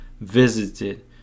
visited